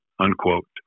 Unquote